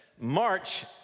March